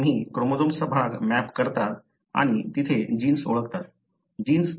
तुम्ही क्रोमोझोम्सचा भाग मॅप करतात आणि तेथे जीन्स ओळखता